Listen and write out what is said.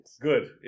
Good